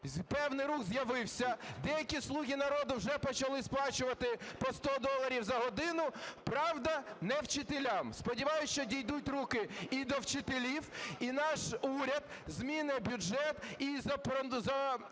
певний рух з'явився, деякі "Слуги народу" вже почали сплачувати по 100 доларів за годину, правда, не вчителям. Сподіваюся, що дійдуть руки і до вчителів, і наш уряд змінить бюджет і ці